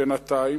בינתיים,